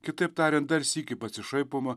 kitaip tariant dar sykį pasišaipoma